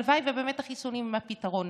והלוואי שבאמת החיסונים הם הפתרון,